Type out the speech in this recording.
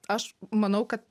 aš manau kad